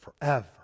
forever